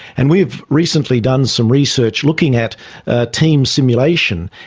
and we've recently done some research looking at ah team simulation,